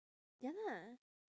ya lah